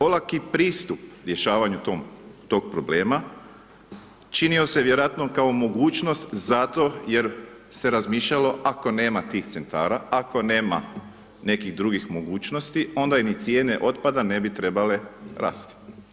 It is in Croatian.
Olaki pristup rješavanju tog problema, činio se vjerojatno kao mogućnost, zato jer se razmišljalo ako nema tih centara, ako nema nekih drugih mogućnosti, onda ni cijene otpada ne bi trebale rasti.